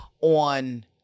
on